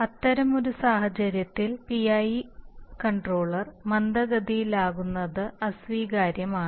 അത്തരമൊരു സാഹചര്യത്തിൽ PI controller മന്ദഗതിയിലാക്കുന്നത് അസ്വീകാര്യമാണ്